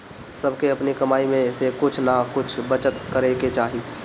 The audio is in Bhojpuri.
सबके अपनी कमाई में से कुछ नअ कुछ बचत करे के चाही